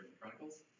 Chronicles